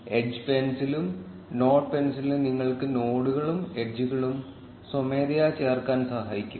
edge പെൻസിലും node പെൻസിലും നിങ്ങൾക്ക് നോഡുകളും എഡ്ജുകളും സ്വമേധയാ ചേർക്കാൻ സഹായിക്കും